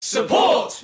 Support